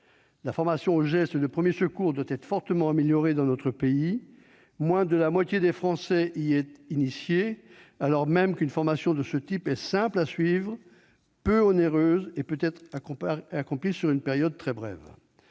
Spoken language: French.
La formation aux gestes de premiers secours doit être fortement améliorée dans notre pays ; moins de la moitié des Français y est initiée, alors même qu'une formation de ce type est simple à suivre et peu onéreuse et qu'elle peut être reçue sur une période très brève.